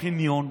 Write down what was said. בחניון,